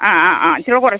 ആ ആ ആ ഇച്ചിര കുറയ്ക്ക്